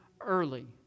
early